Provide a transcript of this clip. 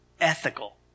ethical